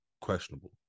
questionable